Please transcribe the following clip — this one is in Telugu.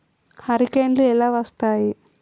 హరికేన్లు ఎలా వస్తాయి?